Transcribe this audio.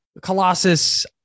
Colossus